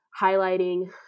highlighting